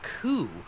coup